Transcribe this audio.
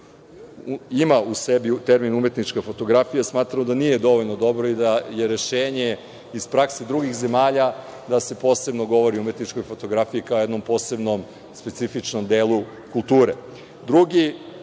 ima u sebi termin umetnička fotografija i smatralo da nije dovoljno dobro i da je rešenje iz prakse drugih zemlja, da se posebno govori o umetničkoj fotografiji, kao jednom posebnom specifičnom delu kulture. Drugi